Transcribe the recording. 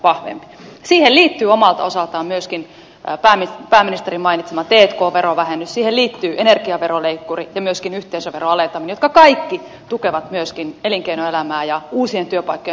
siihen liittyy omalta osaltaan myöskin pääministerin mainitsema t k verovähennys siihen liittyy energiaveroleikkuri ja myöskin yhteisöveron alentaminen jotka kaikki tukevat myöskin elinkeinoelämää ja uusien työpaikkojen syntymistä suomeen